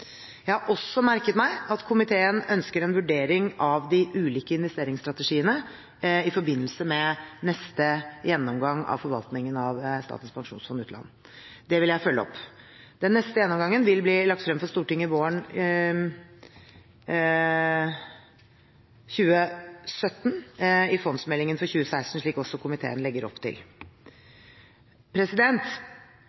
Jeg har også merket meg at komiteen ønsker en vurdering av de ulike investeringsstrategiene i forbindelse med neste gjennomgang av forvaltningen av Statens pensjonsfond utland. Det vil jeg følge opp. Den neste gjennomgangen vil bli lagt frem for Stortinget våren 2018, i fondsmeldingen for 2017, slik også komiteen legger opp til.